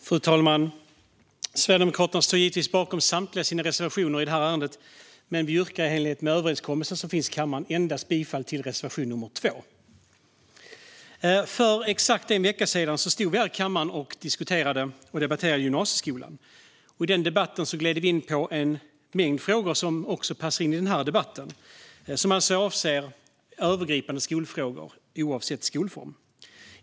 Fru talman! Sverigedemokraterna står givetvis bakom samtliga sina reservationer i ärendet, men jag yrkar i enlighet med den överenskommelse som finns i kammaren bifall endast till reservation 2. För exakt en vecka sedan stod vi här i kammaren och diskuterade och debatterade gymnasieskolan. I den debatten gled vi in på en mängd frågor som också passar in i den här debatten, som alltså avser övergripande skolfrågor oavsett skolform.